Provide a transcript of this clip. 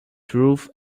through